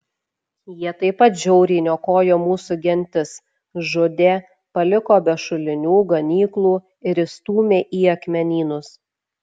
jie taip pat žiauriai niokojo mūsų gentis žudė paliko be šulinių ganyklų ir išstūmė į akmenynus